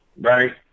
right